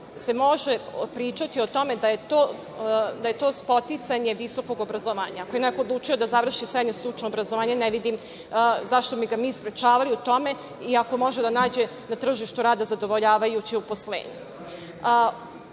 se može pričati o tome da je to spoticanje visokog obrazovanja. Ako je neko odlučio da završi srednje stručno obrazovanje, ne vidim zašto bi ga mi sprečavali u tome i ako može da nađe na tržištu rada zadovoljavajuće uposlenje? Vratiću